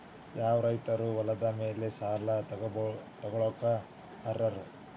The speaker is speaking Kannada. ಯಾವ ರೈತರು ಹೊಲದ ಮೇಲೆ ಸಾಲ ತಗೊಳ್ಳೋಕೆ ಅರ್ಹರು?